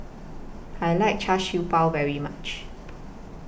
I like Char Siew Bao very much